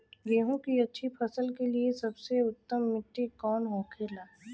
गेहूँ की अच्छी फसल के लिए सबसे उत्तम मिट्टी कौन होखे ला?